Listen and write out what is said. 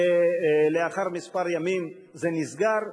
ולאחר כמה ימים זה נסגר,